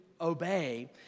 obey